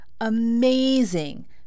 Amazing